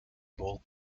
both